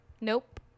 Nope